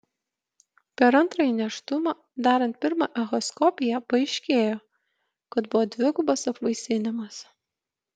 per antrąjį nėštumą darant pirmą echoskopiją paaiškėjo kad buvo dvigubas apvaisinimas